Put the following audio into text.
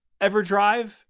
EverDrive